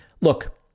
look